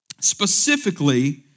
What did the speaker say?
specifically